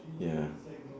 ya